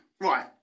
Right